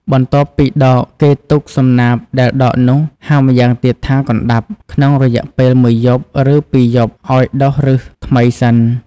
បន្ទាប់ពីដកគេទុកសំណាបដែលដកនោះ ហៅម្យ៉ាងទៀតថាកណ្តាប់ ក្នុងរយៈពេលមួយយប់ឬពីយប់ឲ្យដុះឫសថ្មីសិន។